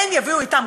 הן יביאו אתן,